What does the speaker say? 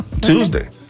Tuesday